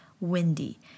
windy